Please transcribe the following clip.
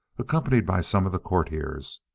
accompanied by some of the courtiers,